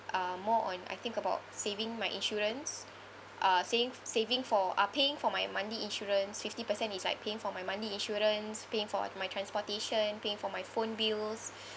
um more on I think about saving my insurance uh saying saving for uh paying for my monthly insurance fifty percent it's like paying for my monthly insurance paying for my transportation paying for my phone bills